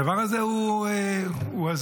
הדבר הזה הוא הזוי.